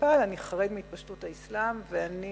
אני חרד מהתפשטות האסלאם ואני